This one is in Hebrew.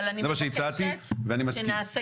זה מה שהצעתי ואני מסכים.